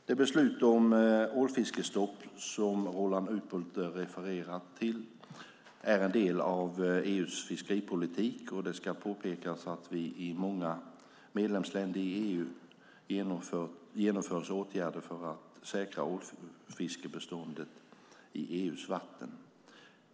Det beslut om ålfiskestopp som Roland Utbult refererar till är en del av EU:s fiskeripolitik, och det ska påpekas att det i många medlemsländer i EU genomförs åtgärder för att säkra ålfiskebeståndet i EU:s vatten.